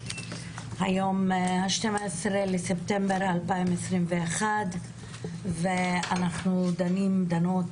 היום 12 בספטמבר 2021. אנחנו דנים-דנות